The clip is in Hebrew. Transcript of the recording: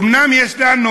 אומנם יש לנו